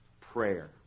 prayer